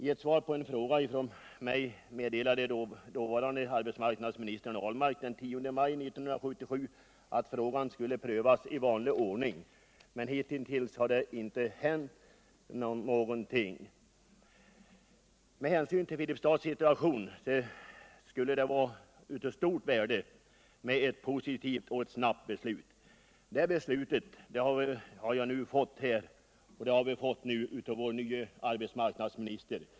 I ett svar på en fråga av mig meddelade dåvarande arbetsmarknadsministern Ahlmark den 10 maj 1977 att denna fråga skulle prövas i vanlig ordning, men fram till i dag har det inte hänt någonting. Med hänsyn till Filipstads situation är ett positivt och snabbt beslut av stort värde. Det beslutet har jag nu fått besked om av vår nye arbetsmarknadsminister.